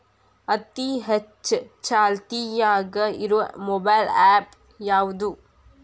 ಅತಿ ಹೆಚ್ಚ ಚಾಲ್ತಿಯಾಗ ಇರು ಮೊಬೈಲ್ ಆ್ಯಪ್ ಯಾವುದು?